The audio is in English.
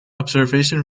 observation